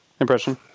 impression